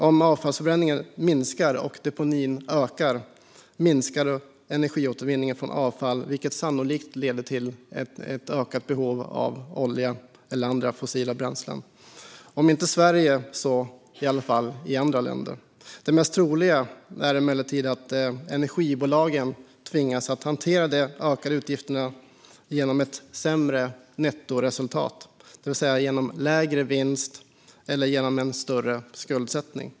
Om avfallsförbränningen minskar och deponin ökar minskar energiåtervinningen från avfall, vilket sannolikt leder till ett ökat behov av olja eller andra fossila bränslen, om inte i Sverige så i alla fall i andra länder. Det mest troliga är emellertid att energibolagen tvingas att hantera de ökade utgifterna genom ett sämre nettoresultat, det vill säga genom lägre vinst eller genom en större skuldsättning.